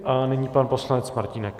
A nyní pan poslanec Martínek.